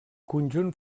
conjunt